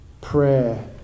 Prayer